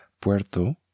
Puerto